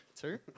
Two